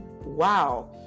Wow